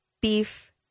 beef